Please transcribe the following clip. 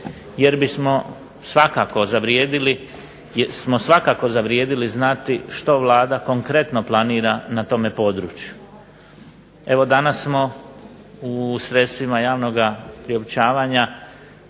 jer smo svakako zavrijedili znati što Vlada konkretno planira na tom području. Evo danas smo u sredstvima javnog priopćavanja